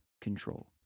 control